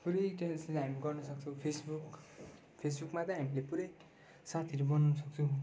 पुरै ट्रान्सलेट हामी गर्न सक्छौँ फेसबुक फेसबुकमा चाहिँ हामीले पुरै साथीहरू बनाउनु सक्छु